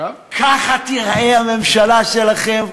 ככה תיראה הממשלה שלכם?